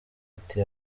ati